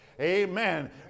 Amen